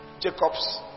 Jacob's